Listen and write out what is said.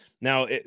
Now